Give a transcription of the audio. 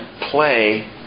play